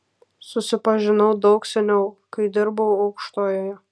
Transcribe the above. susipažinau daug seniau kai dirbau aukštojoje